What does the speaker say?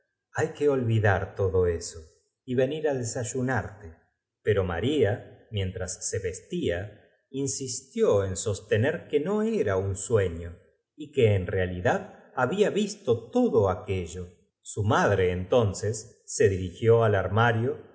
hay que olvidar todo eso y venir á descanueces se puso á relatar al pormenor ayunarte todas sus aventuras pero cosa extraña pero maria mientras se vestía insistió parecíale á maria durante ese relato que en sostener que no era un sueño y que en poco á poco las palabras del joven dros realidad había visto todo aquello su maselmayer y el ruido del mortero no lle dre entonces se dirigió al armario